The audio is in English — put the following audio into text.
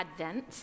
Advent